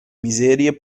miserie